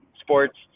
sports